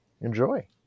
Enjoy